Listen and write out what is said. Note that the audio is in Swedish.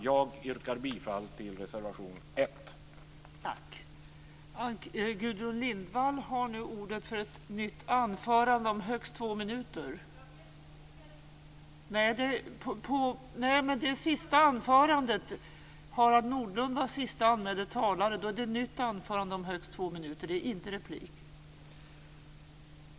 Jag yrkar bifall till reservation 1.